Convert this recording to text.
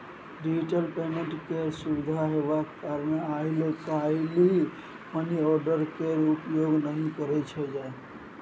digital payment केर सुविधा हेबाक कारणेँ आइ काल्हि मनीआर्डर केर प्रयोग नहि कयल जाइ छै